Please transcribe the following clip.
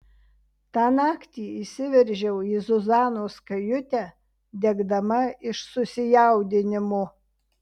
tą naktį įsiveržiau į zuzanos kajutę degdama iš susijaudinimo